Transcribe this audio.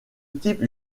type